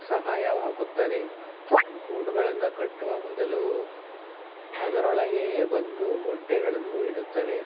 ಸಹಾಯವಾಗುತ್ತದೆ ಗೂಡುಗಳನ್ನು ಕಟ್ಟುವ ಬದಲು ಅದರೊಳಗೆಯೇ ಬಂದು ಮೊಟ್ಟೆಗಳನ್ನು ಇಡುತ್ತವೆ